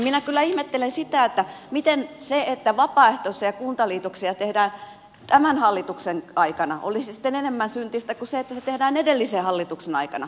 minä kyllä ihmettelen sitä miten se että vapaaehtoisia kuntaliitoksia tehdään tämän hallituksen aikana olisi sitten enemmän syntistä kuin se että se tehdään edellisen hallituksen aikana